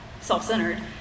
self-centered